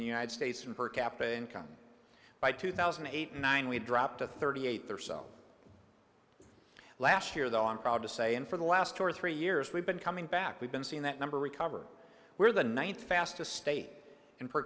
the united states in per capita income by two thousand and eight nine we dropped to thirty eight there so last year though i'm proud to say and for the last two or three years we've been coming back we've been seeing that number recover where the ninth fast to state and per